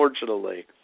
unfortunately